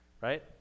right